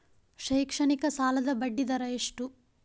ಶೈಕ್ಷಣಿಕ ಸಾಲದ ಬಡ್ಡಿ ದರ ಎಷ್ಟು?